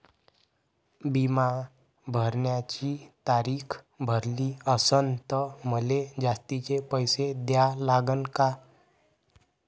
बिमा भराची तारीख भरली असनं त मले जास्तचे पैसे द्या लागन का?